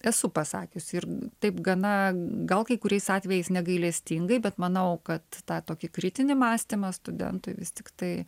esu pasakiusi ir taip gana gal kai kuriais atvejais negailestingai bet manau kad tą tokį kritinį mąstymą studentui vis tiktai